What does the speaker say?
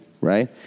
right